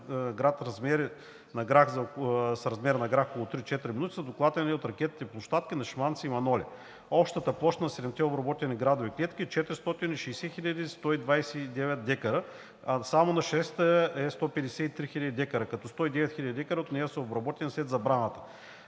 град с размери на грах за около 3 – 4 минути са докладвани от ракетните площадки в Шишманци и Маноле. Общата площ на седемте обработени градови клетки е 460 129 дка, а само на шеста е 153 хил. дка, като 109 хил. дка от нея са обработени след забраната.